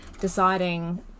deciding